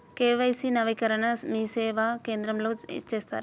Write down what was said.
KYC నవీకరణని మీసేవా కేంద్రం లో చేస్తారా?